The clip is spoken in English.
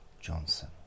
Johnson